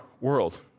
world